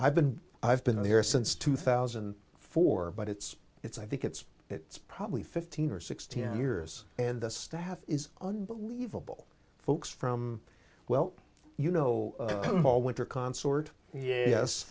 i've been i've been there since two thousand and four but it's it's i think it's it's probably fifteen or sixteen years and the staff is unbelievable folks from well you know paul winter concert yes